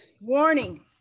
warning